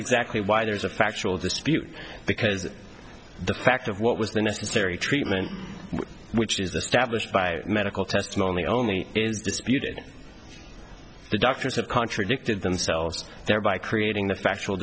exactly why there's a factual dispute because the fact of what was the necessary treatment which is the stablished by medical testimony only is disputed the doctors have contradicted themselves thereby creating the factual